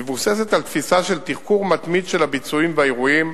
מבוססת על תפיסה של תחקור מתמיד של הביצועים והאירועים,